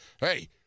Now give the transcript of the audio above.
hey